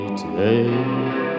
today